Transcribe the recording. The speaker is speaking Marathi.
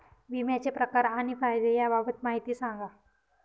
विम्याचे प्रकार आणि फायदे याबाबत माहिती सांगा